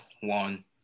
one